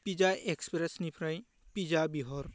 pizza एक्सप्रेसनिफ्राय pizza बिह'र